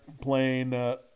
playing